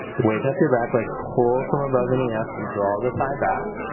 wake up your back leg, pull from above the knee up. and draw the thigh back.